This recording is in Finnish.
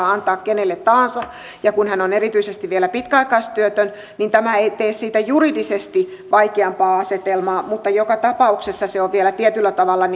antaa kenelle tahansa ja kun hän on erityisesti vielä pitkäaikaistyötön niin tämä ei tee siitä juridisesti vaikeampaa asetelmaa mutta joka tapauksessa se on vielä tietyllä tavalla